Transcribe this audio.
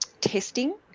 testing